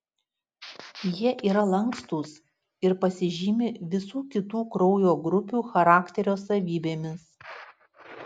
jie yra lankstūs ir pasižymi visų kitų kraujo grupių charakterio savybėmis